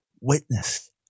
witnessed